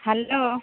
hello